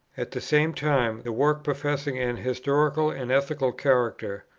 at the same time, the work professing an historical and ethical character,